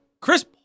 Chris